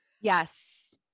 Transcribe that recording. Yes